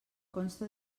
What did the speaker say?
consta